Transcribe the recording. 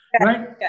right